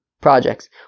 projects